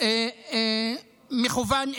מכוון אליהם.